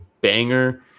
Banger